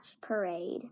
parade